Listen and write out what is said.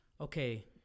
okay